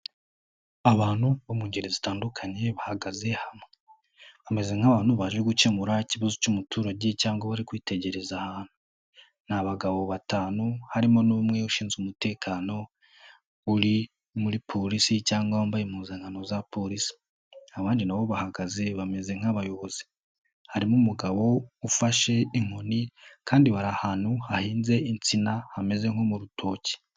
Abantu bo mu ngeri zitandukanye bahagaze hamwe, bamezeze nk'abantu baje gukemura ikibazo cy'umuturage cyangwa bari kwitegereza ahantu, ni abagabo batanu harimo n'umwe ushinzwe umutekano uri muri Polisi cyangwa wambaye impuzankano za Polisi, abandi na bo bahagaze bameze nk'abayobozi, harimo umugabo ufashe inkoni kandi bari ahantu hahinze insina hameze nko mu rutoki.